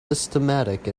systematic